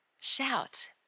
Shout